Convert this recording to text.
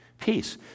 Peace